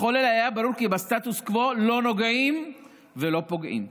לכל אלה היה ברור כי בסטטוס קוו לא נוגעים ולא פוגעים.